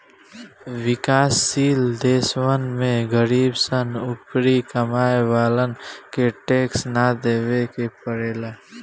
विकाश शील देशवन में गरीब सन अउरी कमाए वालन के टैक्स ना देवे के पड़ेला